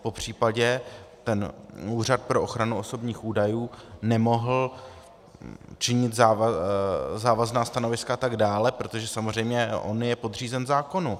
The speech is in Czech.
Popřípadě ten Úřad pro ochranu osobních údajů nemohl činit závazná stanoviska atd., protože samozřejmě on je podřízen zákonu.